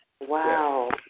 Wow